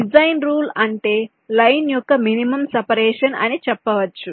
design rule అంటే line యొక్క minimum separation అని చెప్పవచ్చు